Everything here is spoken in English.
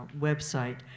website